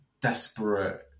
desperate